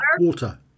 Water